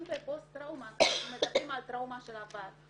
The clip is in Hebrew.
אם בפוסט טראומה מדברים על טראומת עבר,